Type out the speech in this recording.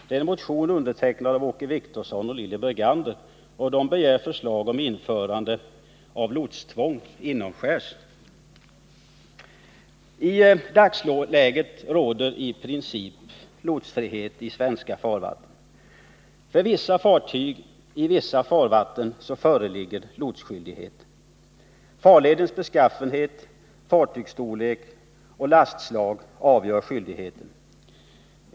Den är undertecknad av Åke Wictorsson och Lilly Bergander, som begär förslag om införande av lotstvång inomskärs. I dagsläget råder i princip lotsfrihet i svenska farvatten. För vissa fartyg i vissa farvatten föreligger lotsskyldighet. Farledens beskaffenhet, fartygets storlek och lastslag avgör skyldigheten.